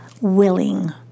Willing